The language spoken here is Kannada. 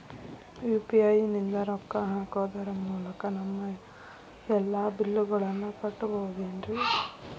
ಯು.ಪಿ.ಐ ನಿಂದ ರೊಕ್ಕ ಹಾಕೋದರ ಮೂಲಕ ನಮ್ಮ ಎಲ್ಲ ಬಿಲ್ಲುಗಳನ್ನ ಕಟ್ಟಬಹುದೇನ್ರಿ?